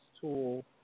tool